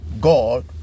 God